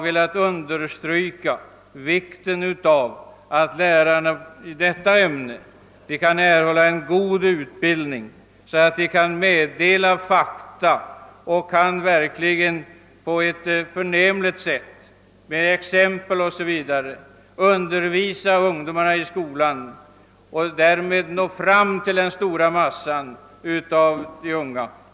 Jag underströk vikten av att lärarna i biologi erhåller en god utbildning, så att de kan meddela fakta och på ett förnämligt sätt med exempel o. s. v. undervisa ungdomarna och därmed nå fram till den stora massan av de unga.